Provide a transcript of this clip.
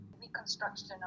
reconstruction